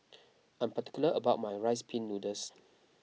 I am particular about my Rice Pin Noodles